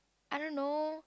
I don't know